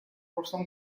прошлом